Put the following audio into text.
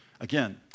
Again